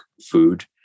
food